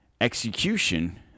execution